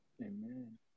Amen